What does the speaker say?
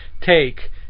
take